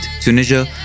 Tunisia